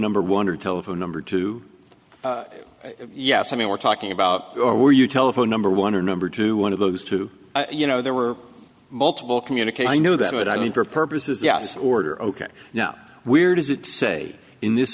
number one or telephone number two yes i mean we're talking about or were you telephone number one or number two one of those two you know there were multiple communicate i know that would i mean for purposes yes order ok now where does it say in this